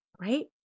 right